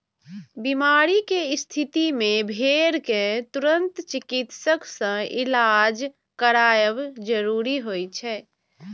बीमारी के स्थिति मे भेड़ कें तुरंत चिकित्सक सं इलाज करायब जरूरी होइ छै